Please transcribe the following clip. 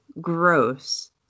gross